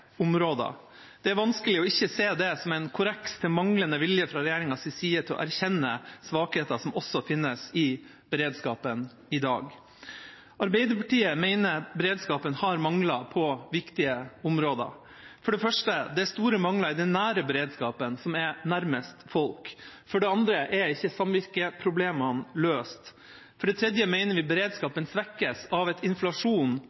områder. Det er vanskelig ikke å se det som en korreks til regjeringa for manglende vilje til å erkjenne svakheter som også finnes i beredskapen i dag. Arbeiderpartiet mener beredskapen har mangler på viktige områder. For det første er det store mangler i den nære beredskapen, som er nærmest folk. For det andre er ikke samvirkeproblemene løst. For det tredje mener vi beredskapen svekkes av en inflasjon